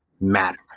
matter